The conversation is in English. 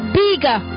bigger